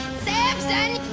samson,